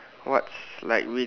what like we